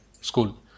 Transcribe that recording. school